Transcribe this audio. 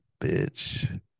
bitch